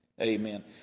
Amen